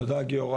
תודה, גיורא.